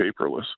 paperless